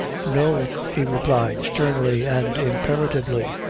no, he replied, sternly and imperatively,